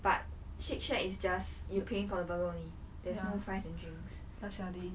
but shake shack is just you paying for the burger only that's no fries and drinks